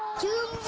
to